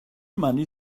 money